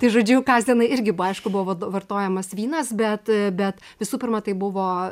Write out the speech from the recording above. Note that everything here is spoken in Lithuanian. tai žodžiu kasdienai irgi buvo aišku buvo vartojamas vynas bet bet visų pirma tai buvo